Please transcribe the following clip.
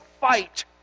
fight